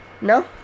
No